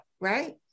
right